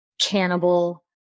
cannibal